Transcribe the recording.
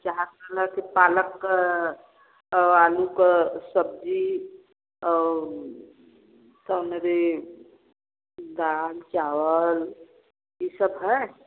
चाहत रहल की पालक औ आलू क सब्ज़ी और कमरे दाल चावल यह सब है